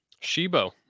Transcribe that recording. Shibo